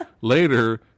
later